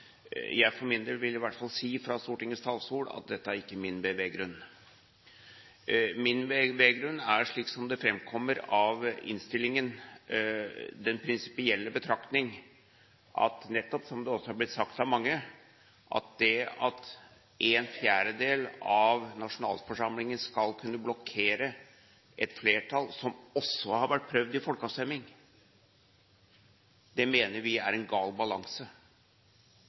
Jeg for min del vil i hvert fall fra Stortingets talerstol si at det er ikke min beveggrunn. Min beveggrunn er, slik som det framkommer av innstillingen, den prinsipielle betraktning, nettopp som det har blitt sagt av mange, at det at en fjerdedel av nasjonalforsamlingen skal kunne blokkere et flertall, som også har vært prøvd i folkeavstemning, mener jeg er en gal balanse.